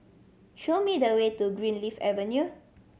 show me the way to Greenleaf Avenue